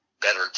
better